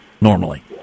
normally